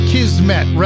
Kismet